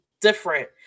different